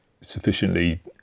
sufficiently